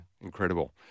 incredible